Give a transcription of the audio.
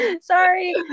Sorry